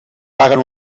paguen